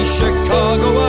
Chicago